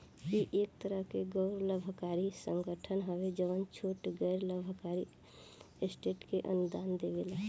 इ एक तरह के गैर लाभकारी संगठन हवे जवन छोट गैर लाभकारी ट्रस्ट के अनुदान देवेला